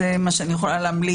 לא רק עכשיו,